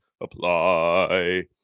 apply